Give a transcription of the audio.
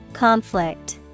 Conflict